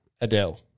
Adele